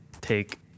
take